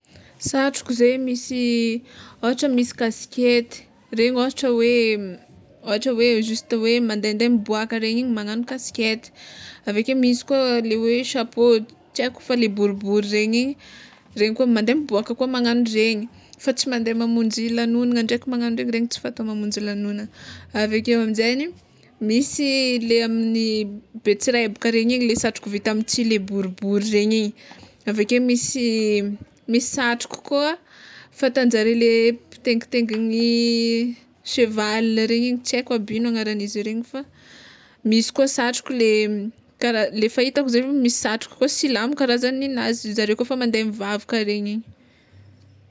Satroko zey misy, ôhatra misy kasikety, regny ôhatra hoe ôhatra hoe justa hoe mandende miboaka regny igny magnagno kasikety, aveke misy koa le hoe chapeau tsy aiko fa le bôribôry regny igny regny koa mande miboaka koa magnagno regny fa tsy mande mamonjy lagnonana ndraiky magnagno regny regny tsy fatao mamonjy lagnognana, aveke aminjegny misy le amin'ny betsirebaka regny igny le satroko vita amy tsihy le bôribôry regny igny, aveke misy misy satroko koa fataonjare le mpitengitenginy cheval regny igny tsy aiko aby ino agnaran'izy regny, fa misy koa satroko le kara le fahitako zegny misy satroko koa silamo karazan'ny nenazy zareo kôfa mande mivavaka regny igny.